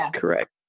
correct